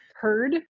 heard